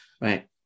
Right